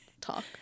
talk